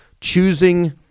Choosing